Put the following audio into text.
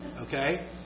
Okay